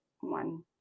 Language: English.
one